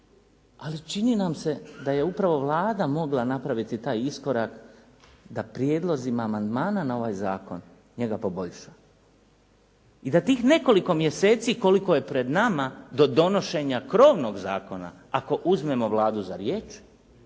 Ali čini nam se da je upravo Vlada mogla napraviti taj iskorak da prijedlozima amandmana na ovaj zakon njega poboljša. I da tih nekoliko mjeseci koliko je pred nama do donošenja krovnog zakona, ako uzmemo Vladu za riječ,